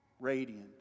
radiant